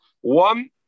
One